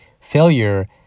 failure